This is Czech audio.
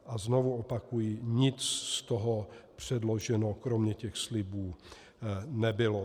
A znovu opakuji, nic z toho předloženo kromě těch slibů nebylo.